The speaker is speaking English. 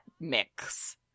mix